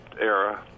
era